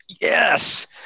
yes